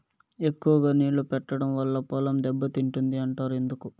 ఎక్కువగా నీళ్లు పెట్టడం వల్ల పొలం దెబ్బతింటుంది అంటారు ఎందుకు?